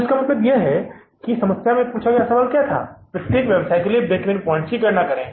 तो इसका मतलब है कि समस्या में पूछा गया सवाल क्या था प्रत्येक व्यवसाय के लिए ब्रेक इवन पॉइंट्स की गणना करें